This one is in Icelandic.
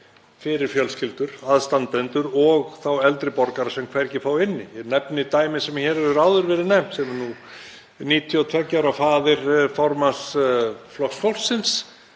fyrir fjölskyldur, aðstandendur og þá eldri borgara sem hvergi fá inni. Ég nefni dæmi sem hér hefur áður verið nefnt sem er 92 ára faðir formanns Flokks